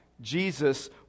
Jesus